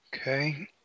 Okay